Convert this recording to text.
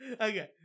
Okay